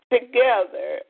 Together